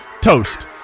toast